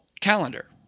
calendar